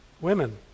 Women